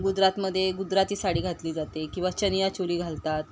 गुजरातमध्ये गुजराती साडी घातली जाते किंवा चनियाचोली घालतात